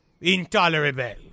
Intolerable